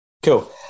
Cool